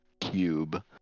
cube